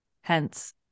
hence